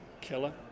killer